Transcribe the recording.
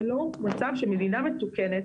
זה לא מצב שמדינה מתוקנת,